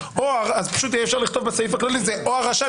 אז פשוט יהיה אפשר לכתוב בסעיף הכללי "או הרשם,